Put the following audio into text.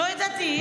לא ידעתי.